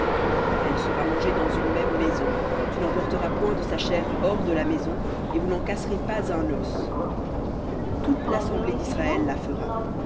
elle sera mangée dans une même maison tu n'emporteras point de sa chair hors de la maison et vous n'en casserez pas un os toute l'assemblée d'israël la fera